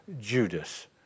Judas